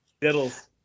diddles